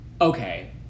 Okay